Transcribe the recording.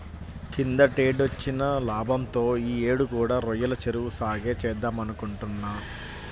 కిందటేడొచ్చిన లాభంతో యీ యేడు కూడా రొయ్యల చెరువు సాగే చేద్దామనుకుంటున్నా